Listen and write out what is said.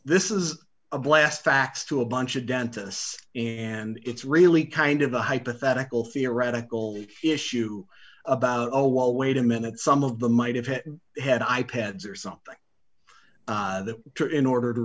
this is a blast fax to a bunch of dentists and it's really kind of a hypothetical theoretical issue about oh well wait a minute some of them might have had i pads or something in order to